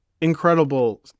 incredible